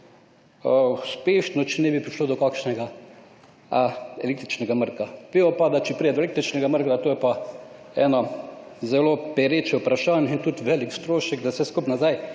uspešno, če ne bi prišlo do kakšnega električnega mrka. Vemo pa, da če pride do električnega mrka, to je pa ena zelo pereče vprašanje in tudi velik strošek, da vse skupaj nazaj